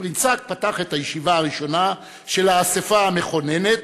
שפרינצק פתח את הישיבה הראשונה של האספה המכוננת,